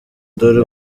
dore